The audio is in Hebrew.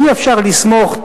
אי-אפשר לסמוך,